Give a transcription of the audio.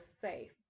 safe